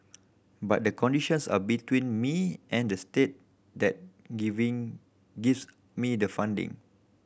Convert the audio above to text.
but the conditions are between me and the state that giving gives me the funding